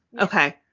okay